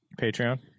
Patreon